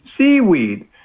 seaweed